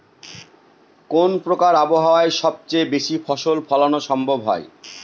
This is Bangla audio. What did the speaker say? কোন প্রকার আবহাওয়ায় সবচেয়ে বেশি ফসল ফলানো সম্ভব হয়?